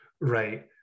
right